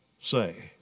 say